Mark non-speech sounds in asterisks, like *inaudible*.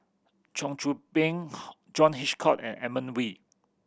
Cheong Soo Pieng *unintelligible* John Hitchcock and Edmund Wee